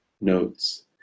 notes